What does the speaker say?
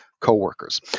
coworkers